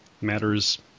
matters